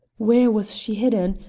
where was she hidden?